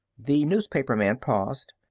the newspaperman paused.